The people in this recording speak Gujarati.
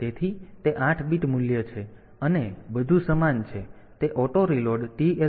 તેથી તે 8 બીટ મૂલ્ય છે અને બધું સમાન છે તે ઑટો રીલોડ TL 0 છે